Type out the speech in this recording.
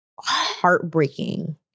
heartbreaking